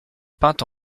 peinte